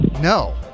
No